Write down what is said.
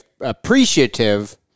appreciative